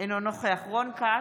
אינו נוכח רון כץ,